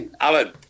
Alan